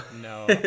no